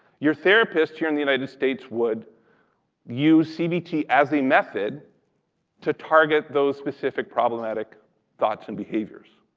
your therapist here in the united states would use cbt as a method to target those specific problematic thoughts and behaviors,